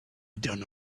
done